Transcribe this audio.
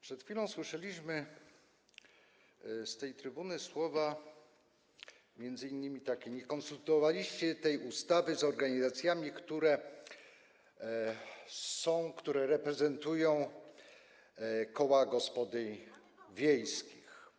Przed chwilą słyszeliśmy z tej trybuny słowa m.in. takie: nie konsultowaliście tej ustawy z organizacjami, które reprezentują koła gospodyń wiejskich.